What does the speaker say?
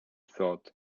thought